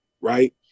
Right